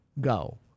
go